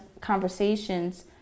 conversations